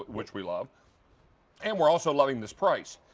which we love and we're also loving this price.